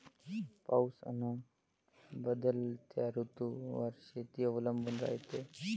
पाऊस अन बदलत्या ऋतूवर शेती अवलंबून रायते